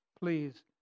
Please